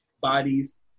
bodies